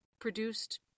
produced